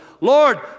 Lord